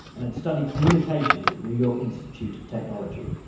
and had studied communications at new york institute of technology.